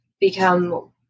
become